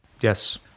Yes